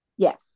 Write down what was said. Yes